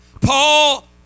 Paul